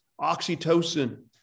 oxytocin